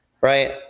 right